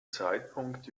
zeitpunkt